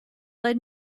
led